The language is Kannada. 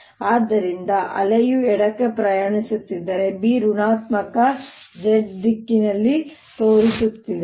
ಮತ್ತು ಆದ್ದರಿಂದ ಅಲೆಯು ಎಡಕ್ಕೆ ಪ್ರಯಾಣಿಸುತ್ತಿದ್ದರೆ B ಋಣಾತ್ಮಕ z ದಿಕ್ಕಿನಲ್ಲಿ ತೋರಿಸುತ್ತದೆ